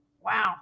Wow